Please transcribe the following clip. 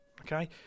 okay